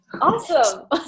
Awesome